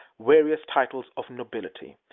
various titles of nobility.